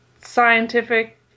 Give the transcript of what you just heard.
scientific